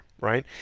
right